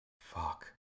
fuck